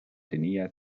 tenía